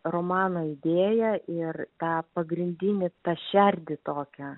romano idėją ir tą pagrindinį tą šerdį tokią